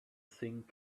thing